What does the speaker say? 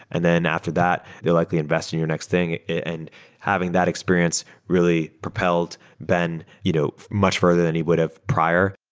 and then after that, they'll likely investing in your next thing. and having that experience really propelled ben you know much further than he would have prior.